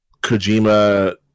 Kojima